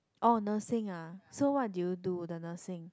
oh Nursing ah so what did you do the Nursing